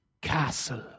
castle